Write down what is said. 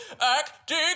acting